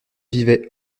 vivait